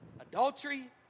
Adultery